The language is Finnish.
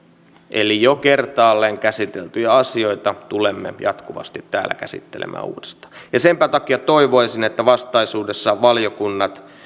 jo kertaalleen käsiteltyjä asioita tulemme jatkuvasti täällä käsittelemään uudestaan senpä takia toivoisin että vastaisuudessa valiokunnat